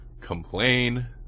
complain